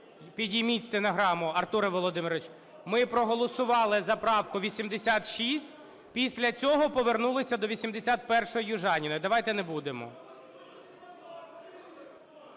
Підніміть стенограму, Артуре Володимирович, ми проголосували за правку 86, після цього повернулися до 81-ї Южаніної. Давайте не будемо!